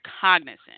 cognizant